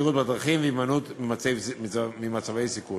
זהירות בדרכים והימנעות ממצבי סיכון.